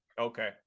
Okay